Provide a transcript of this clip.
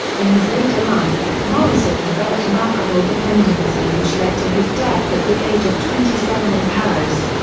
in his later life, morrison developed an alcohol dependency which led to his death at the age of twenty seven in paris.